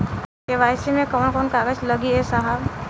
KYC मे कवन कवन कागज लगी ए साहब?